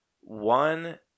One